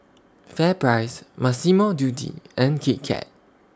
FairPrice Massimo Dutti and Kit Kat